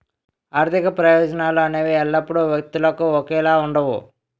ఆర్థిక ప్రయోజనాలు అనేవి ఎల్లప్పుడూ వ్యక్తులకు ఒకేలా ఉండవు